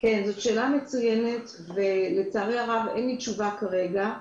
זאת שאלה מצוינת, ולצערי הרב אין לי תשובה כרגע.